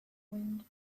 wind